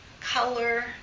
color